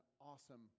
awesome